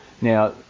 Now